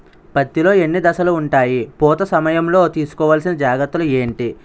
పత్తి లో ఎన్ని దశలు ఉంటాయి? పూత సమయం లో తీసుకోవల్సిన జాగ్రత్తలు ఏంటి?